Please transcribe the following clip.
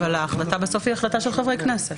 אבל ההחלטה בסוף היא החלטה של חברי הכנסת,